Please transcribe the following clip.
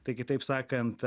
tai kitaip sakant